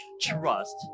trust